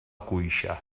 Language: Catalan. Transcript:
cuixa